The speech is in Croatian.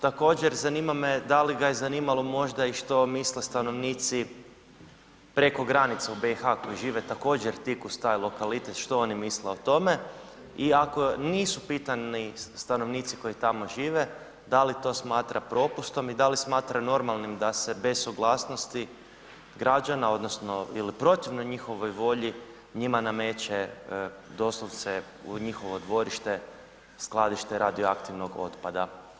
Također, zanima me da li ga je zanimalo možda i što misle stanovnici preko granice u BiH koji žive također, tik uz taj lokalitet, što oni misle o tome i ako nisu pitani stanovnici koji tamo žive, da li to smatra propustom i da li smatra normalnim da se bez suglasnosti građana, odnosno, ili protivno njihovoj volji njima nameće doslovce, u njihovo dvorište skladište radioaktivnog otpada.